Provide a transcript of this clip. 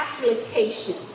application